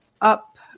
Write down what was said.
up